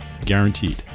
guaranteed